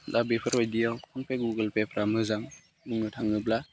दा बेफोरबायदियाव फनपे गुगोलपेफ्रा मोजां बुंनो थाङोब्ला